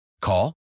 Call